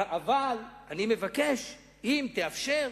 אבל אני מבקש, אם תאפשר,